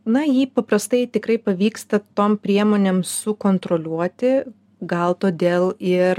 na jį paprastai tikrai pavyksta tom priemonėm sukontroliuoti gal todėl ir